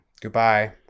goodbye